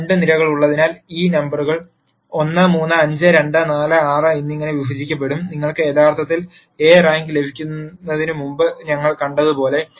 അതിനാൽ രണ്ട് നിരകളുള്ളതിനാൽ ഈ നമ്പറുകൾ 1 3 5 2 4 6 എന്നിങ്ങനെ വിഭജിക്കപ്പെടും നിങ്ങൾക്ക് യഥാർത്ഥത്തിൽ എ റാങ്ക് ലഭിക്കുന്നതിന് മുമ്പ് ഞങ്ങൾ കണ്ടതുപോലെ